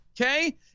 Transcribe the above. Okay